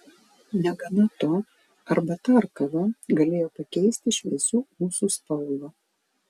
negana to arbata ar kava galėjo pakeisti šviesių ūsų spalvą